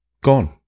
Gone